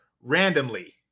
randomly